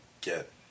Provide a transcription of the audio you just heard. get